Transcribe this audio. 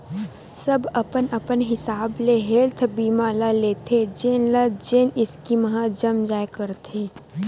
सब अपन अपन हिसाब ले हेल्थ बीमा ल लेथे जेन ल जेन स्कीम ह जम जाय करथे